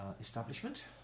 establishment